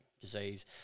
disease